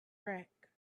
rack